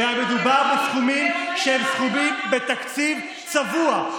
מדובר בסכומים שהם, בתקציב צבוע.